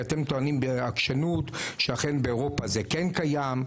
כי אתם טוענים בעקשנות שאכן באירופה זה כן קיים,